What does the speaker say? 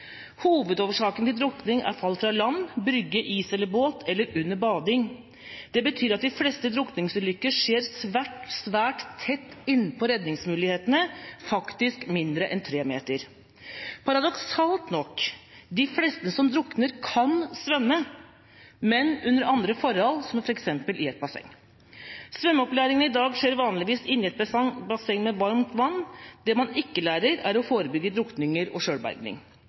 til drukning er fall fra land, brygge, is eller båt eller under bading. Det betyr at de fleste drukningsulykker skjer svært tett innpå redningsmulighetene, faktisk mindre enn 3 meter. Paradoksalt nok: De fleste som drukner, kan svømme, men under andre forhold, som f.eks. i et basseng. Svømmeopplæringa i dag skjer vanligvis inne, i et basseng med varmt vann. Det man ikke lærer, er å forebygge drukninger og